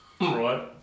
right